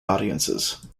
audiences